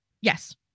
Yes